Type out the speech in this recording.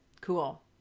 Cool